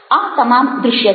આ તમામ દૃશ્ય છે